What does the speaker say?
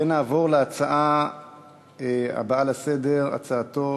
ונעבור להצעה הבאה לסדר-היום,